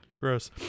Gross